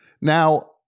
Now